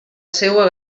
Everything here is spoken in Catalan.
seua